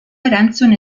erantzun